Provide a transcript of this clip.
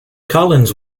collins